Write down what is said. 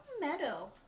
Meadow